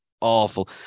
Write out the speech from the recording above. Awful